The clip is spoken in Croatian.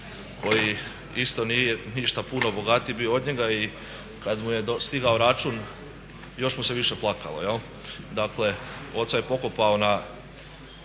koji isto nije ništa puno bogatiji bio od njega i kada mu je stigao račun još mu se više plakalo. Dakle oca je pokopao na